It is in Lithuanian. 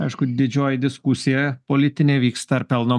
aišku didžioji diskusija politinė vyksta ar pelno